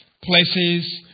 places